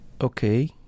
okay